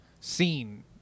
scene